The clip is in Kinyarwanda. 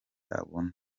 abona